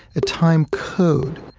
a time code,